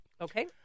Okay